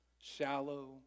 shallow